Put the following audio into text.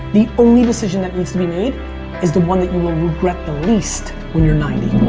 the only decision that needs to be made is the one that you will regret the least when you're ninety.